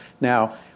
now